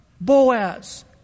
Boaz